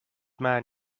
man